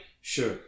sure